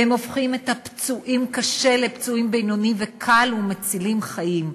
והם הופכים את הפצועים קשה לפצועים בינוני וקל ומצילים חיים.